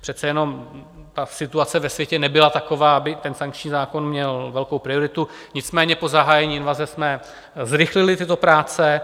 Přece jenom situace ve světě nebyla taková, aby ten sankční zákon měl velkou prioritu, nicméně po zahájení invaze jsme zrychlili tyto práce.